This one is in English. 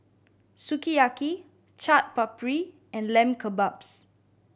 Sukiyaki Chaat Papri and Lamb Kebabs